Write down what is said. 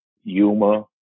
Yuma